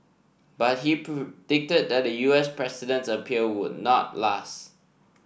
but he predicted that the U S president's appeal would not last